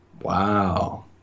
Wow